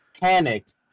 panicked